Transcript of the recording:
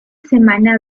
semana